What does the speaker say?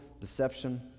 deception